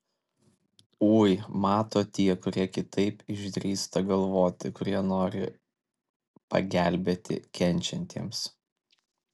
ui mato tie kurie kitaip išdrįsta galvoti kurie nori pagelbėti kenčiantiems